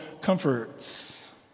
comforts